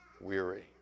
weary